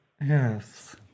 Yes